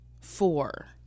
four